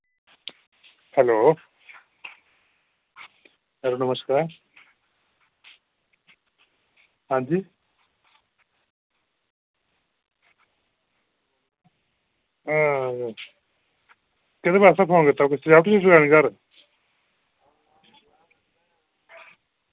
hello एह् नमस्कार आं जी अं केह्दे बास्तै फोन कीता पार्टी लानी घर